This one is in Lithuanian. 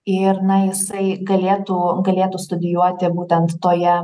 ir na jisai galėtų galėtų studijuoti būtent toje